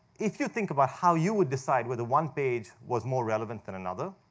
if you think about how you would decide whether one page was more relevant than another,